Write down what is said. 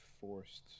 forced